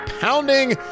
pounding